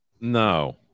No